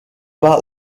pas